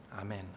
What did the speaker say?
Amen